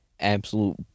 Absolute